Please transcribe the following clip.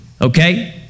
Okay